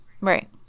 right